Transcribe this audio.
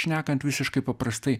šnekant visiškai paprastai